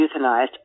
euthanized